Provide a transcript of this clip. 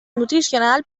nutricional